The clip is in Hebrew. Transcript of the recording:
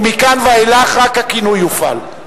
ומכאן ואילך רק הכינוי יופעל.